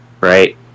right